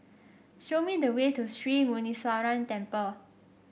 show me the way to Sri Muneeswaran Temple